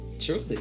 Truly